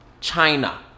China